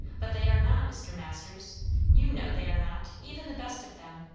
but they are not, mr. masters you know they are not even the best of them,